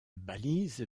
balise